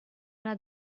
una